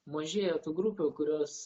mažėja tų grupių kurios